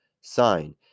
sign